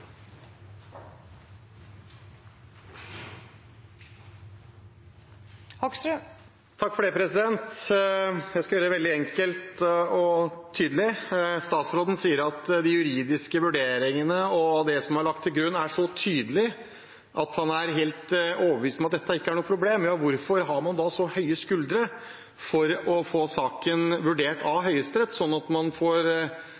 Jeg skal gjøre det veldig enkelt og tydelig. Statsråden sier at de juridiske vurderingene og det som er lagt til grunn, er så tydelig at han er helt overbevist om at dette ikke er noe problem. Hvorfor har man da så høye skuldre for å få saken vurdert av